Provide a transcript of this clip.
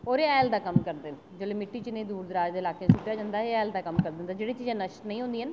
और एह् हैल दा कम्म करदे न जेल्लै मित्ती च इनें ई दूर दराज दे इलाके च सुट्टेआ जंदा ऐ एह् हैल दा कम्म करदे न जेह्ड़ियां चीजां नश्ट नेईं होंदियां